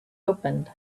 opened